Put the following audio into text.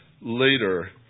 later